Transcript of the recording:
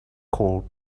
called